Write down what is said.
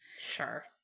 Sure